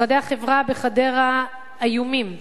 משרדי החברה בחדרה איומים.